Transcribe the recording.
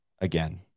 again